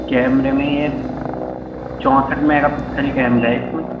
کیمرے میں ہے چوننسٹھ میگا پکسل کیمرہ ہے اس میں